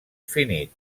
finit